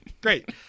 great